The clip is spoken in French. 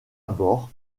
abord